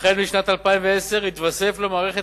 החל משנת 2010 התווסף למערכת